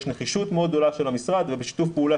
יש נחישות מאוד גדולה של המשרד ובשיתוף פעולה